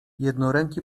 jednoręki